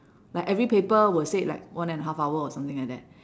like every paper will said like one and a half hour or something like that